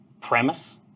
premise